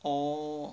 oo